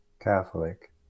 Catholic